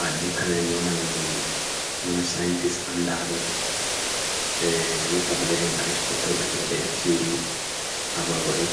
ʻāli ʻne kana ʻi ʻona ʻi ʻona scientist ʻanda ʻadoni ʻi ʻotabairi ʻaristot ʻole ʻen ʻo be ʻachi ʻabar wa ʻi